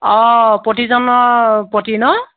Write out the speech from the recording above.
অঁ প্ৰতিজনৰ প্ৰতি নহ্